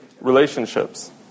Relationships